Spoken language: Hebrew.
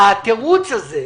התירוץ הזה,